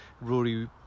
Rory